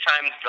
time